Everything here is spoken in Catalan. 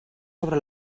sobre